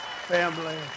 family